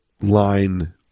line